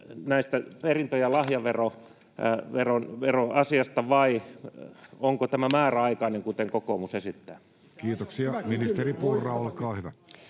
hyvitys perintö- ja lahjaveroasiasta, vai onko tämä määräaikainen, kuten kokoomus esittää. Kiitoksia. — Ministeri Purra, olkaa hyvä.